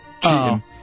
cheating